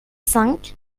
cinq